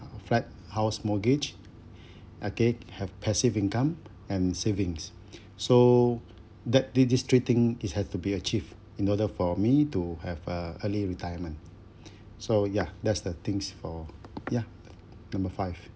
flat house mortgage okay have passive income and savings so that these three thing it has to be achieved in order for me to have uh early retirement so ya that's the things for ya number five